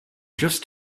just